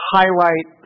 highlight